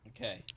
Okay